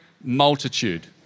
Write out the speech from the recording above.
multitude